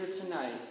tonight